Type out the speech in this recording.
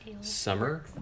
summer